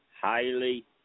highly